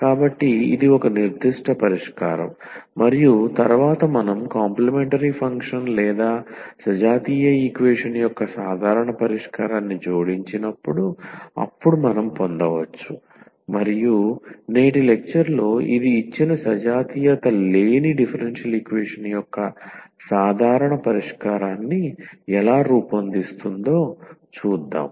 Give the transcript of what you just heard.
కాబట్టి ఇది ఒక నిర్దిష్ట పరిష్కారం మరియు తరువాత మనం కాంప్లిమెంటరీ ఫంక్షన్ లేదా సజాతీయ ఈక్వేషన్ యొక్క సాధారణ పరిష్కారాన్ని జోడించినప్పుడు అప్పుడు మనం పొందవచ్చు మరియు నేటి లెక్చర్ లో ఇది ఇచ్చిన సజాతీయత లేని డిఫరెన్షియల్ ఈక్వేషన్ యొక్క సాధారణ పరిష్కారాన్ని ఎలా రూపొందిస్తుందో చూద్దాం